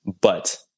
but-